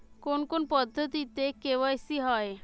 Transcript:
কোন কোন পদ্ধতিতে কে.ওয়াই.সি হয়?